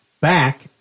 back